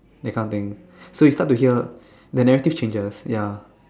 that kind of thing so you start to hear when everything changes ya